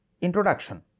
Introduction